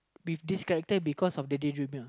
with this character because of the daydreamer